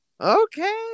okay